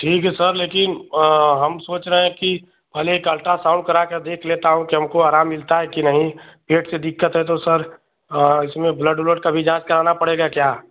ठीक है सर लेकिन हम सोच रहे हैं कि पहले एक अल्ट्रासाउन्ड करा कर देख लेता हूँ कि हमको आराम मिलता है कि नहीं पेट से दिक्कत है तो सर इसमें ब्लड ओलड का भी जाँच कराना पड़ेगा क्या